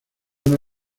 una